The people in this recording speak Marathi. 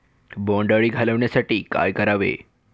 बोंडअळी घालवण्यासाठी काय करावे?